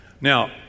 Now